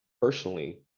personally